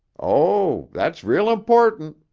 oh. that's real important.